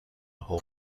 whole